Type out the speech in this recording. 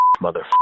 mother